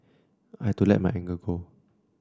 I had to let my anger go